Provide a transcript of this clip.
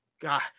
god